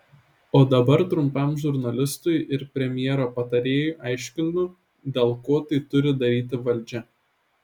o dabar tūpam žurnalistui ir premjero patarėjui aiškinu dėl ko tai turi daryti valdžia